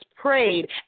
prayed